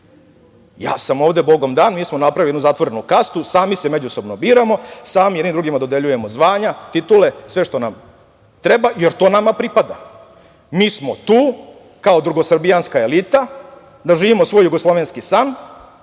ja sam ovde Bogom dan, mi smo napravili jednu zatvorenu kastu, sami se međusobno biramo, sami jedni drugima dodeljujemo znanja, titule, sve što nam treba, jer to nama pripada, mi smo tu kao drugosrbijanska elita da živimo svoj jugoslovenski san,